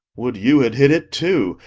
would you had hit it too!